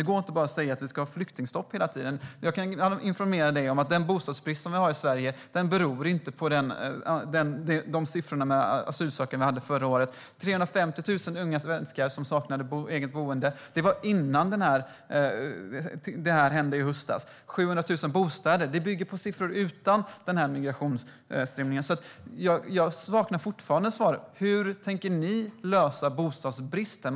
Ni kan inte hela tiden bara säga att det ska vara ett flyktingstopp. Jag kan informera dig om att den bostadsbrist vi har i Sverige inte beror på det antal asylsökande vi hade förra året, Roger Hedlund. Det var 350 000 unga svenskar som saknade eget boende innan detta hände i höstas. Att vi behöver 700 000 bostäder bygger på siffror utan migrationsströmmen. Jag saknar fortfarande svar. Hur tänker ni lösa bostadsbristen?